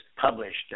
published